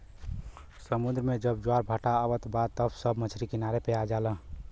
समुंदर में जब ज्वार भाटा आवत बा त सब मछरी किनारे पे आ जाला